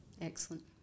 Excellent